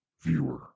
Viewer